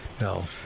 no